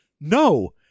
no